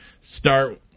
start